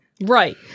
Right